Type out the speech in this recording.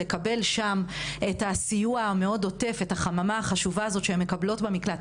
לקבל סיוע עוטף ואת החממה שהן מקבלות במקלט,